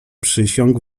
przysiąg